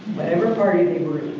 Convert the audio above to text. whatever party they were